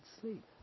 sleep